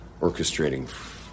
Orchestrating